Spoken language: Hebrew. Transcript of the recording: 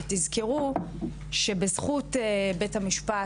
ותזכרו שבזכות בית משפט